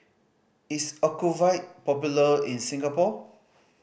is Ocuvite popular in Singapore